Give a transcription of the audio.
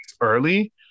early